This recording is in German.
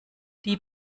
die